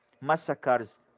massacres